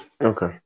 Okay